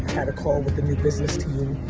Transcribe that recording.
had a call with the new business team